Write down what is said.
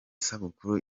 sabukuru